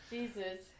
Jesus